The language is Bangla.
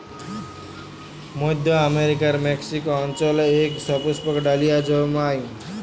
মইধ্য আমেরিকার মেক্সিক অল্চলে ইক সুপুস্পক ডালিয়া জল্মায়